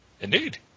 Indeed